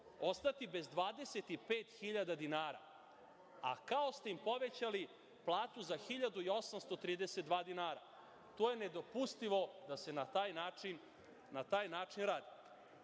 ostati bez 25 hiljada dinara, a kao ste im povećali platu za 1.832 dinara. To je nedopustivo da se na taj način radi. Što